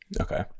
Okay